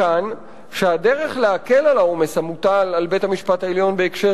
מכאן שהדרך להקל את העומס המוטל על בית-המשפט העליון בהקשר